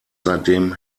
seitdem